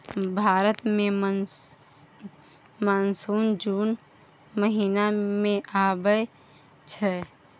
भारत मे मानसून जुन महीना मे आबय छै